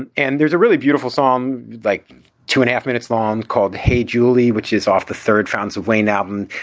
and and there's a really beautiful song like two and half minutes long called hey julie, which is off the third chance of wayne album.